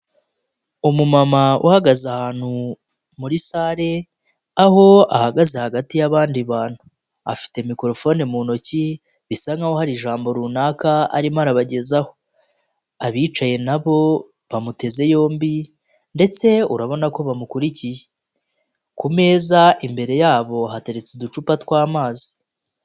Umumama uhagaze ahantu muri sale, aho ahagaze hagati yabandi bantu, afite mikorofone mu ntoki bisa nkaho hari ijambo runaka arimo arabagezaho, abicaye nabo bamuteze yombi ndetse urabona ko bamukurikiye. Ku meza imbere yabo hateretse uducupa tw'amazi.